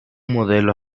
modelo